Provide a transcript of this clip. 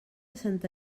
santa